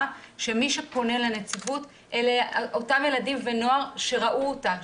שמי שפונה לנציבות אלה אותם ילדים ונוער שראו אותה,